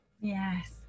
Yes